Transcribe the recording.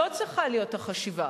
זאת צריכה להיות החשיבה.